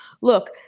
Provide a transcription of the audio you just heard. Look